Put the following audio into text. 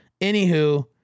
anywho